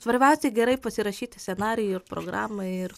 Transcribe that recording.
svarbiausia gerai pasirašyti scenarijų ir programą ir